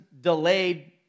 delayed